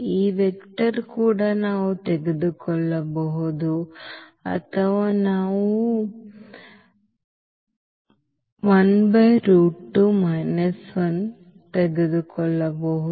ಈ ವೆಕ್ಟರ್ ಕೂಡ ನಾವು ತೆಗೆದುಕೊಳ್ಳಬಹುದು ಅಥವಾ ನಾವು ತೆಗೆದುಕೊಳ್ಳಬಹುದು